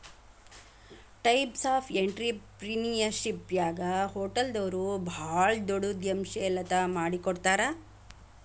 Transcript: types of ಎನ್ಟ್ರಿಪ್ರಿನಿಯರ್ಶಿಪ್ನ್ಯಾಗ ಹೊಟಲ್ದೊರು ಭಾಳ್ ದೊಡುದ್ಯಂಶೇಲತಾ ಮಾಡಿಕೊಡ್ತಾರ